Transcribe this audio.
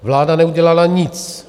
Vláda neudělala nic.